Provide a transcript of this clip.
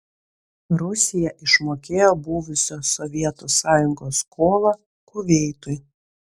rusija išmokėjo buvusios sovietų sąjungos skolą kuveitui